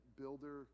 builder